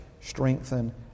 strengthen